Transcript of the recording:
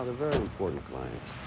important clients.